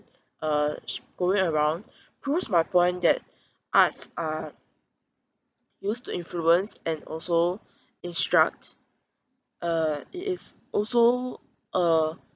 uh around proves my point that arts are used to influence and also instruct uh it is also a